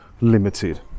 Limited